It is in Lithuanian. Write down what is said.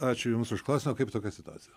ačiū jums už klausimą kaip tokia situacija